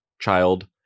child